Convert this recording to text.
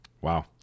Wow